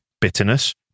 bitterness